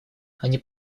они